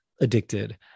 addicted